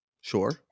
Sure